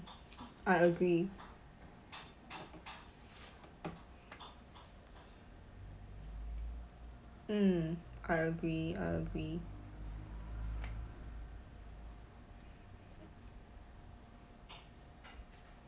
I agree mm I agree I agree